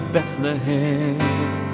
Bethlehem